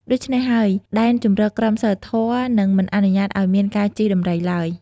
ដូច្នេះហើយ ដែនជម្រកក្រមសីលធម៌នឹងមិនអនុញ្ញាតឲ្យមានការជិះដំរីឡើយ។